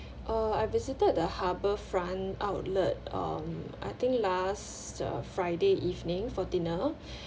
uh I visited the harbour front outlet um I think last uh friday evening for dinner